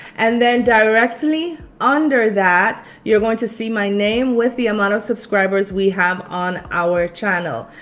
and then directly under that you're going to see my name with the amount of subscribers we have on our channel.